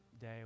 day